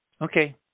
Okay